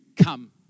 come